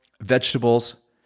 vegetables